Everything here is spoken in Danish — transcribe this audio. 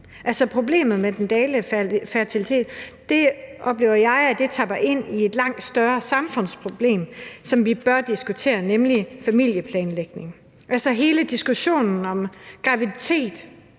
problemet med den dalende fertilitet oplever jeg tapper ind i et langt større samfundsproblem, som vi bør diskutere, nemlig familieplanlægning. Hele diskussionen om graviditet,